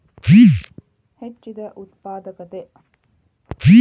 ಹೆಚ್ಚಿದ ಉತ್ಪಾದಕತೆ